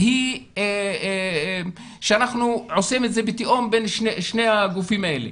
היא שאנחנו עושים את זה בתיאום בין שני הגופים האלה.